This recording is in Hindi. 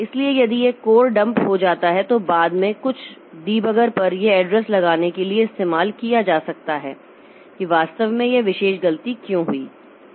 इसलिए यदि यह कोर डंप हो जाता है तो बाद में कुछ डीबगर पर यह एड्रेस लगाने के लिए इस्तेमाल किया जा सकता है कि वास्तव में यह विशेष गलती क्यों हुई